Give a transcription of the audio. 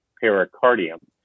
pericardium